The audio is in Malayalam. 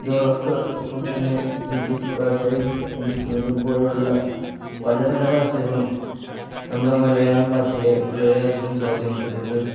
ഇതോടൊക്കെ ഒപ്പം തന്നെ ഇംഗ്ലീഷ് ഭാഷയും സംസ്കൃതം പോലെയുള്ള പല പല ഭാഷകളും നമ്മുടെ മലയാളം ഭാഷയെ വളരെയധികം സ്വാധീനിച്ചിട്ടുണ്ട്